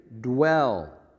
dwell